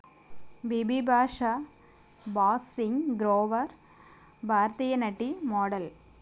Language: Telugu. బీబీ భాషా బాసింగ్ గ్రోవర్ భారతీయ నటి మోడల్